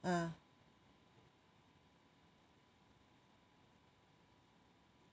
ah